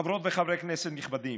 חברות וחברי כנסת נכבדים,